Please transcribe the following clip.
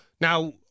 now—